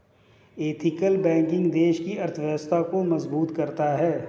ethical banking देश की अर्थव्यवस्था को मजबूत करता है